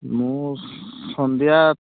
ମୁଁ ସନ୍ଧ୍ୟା